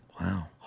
wow